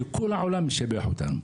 שכל העולם שיבח אותנו.